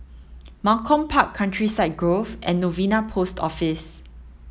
Malcolm Park Countryside Grove and Novena Post Office